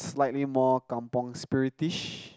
is likely more kampung spirit ish